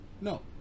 no